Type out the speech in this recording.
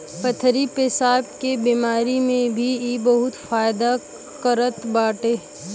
पथरी पेसाब के बेमारी में भी इ बहुते फायदा करत बाटे